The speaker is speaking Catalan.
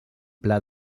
pla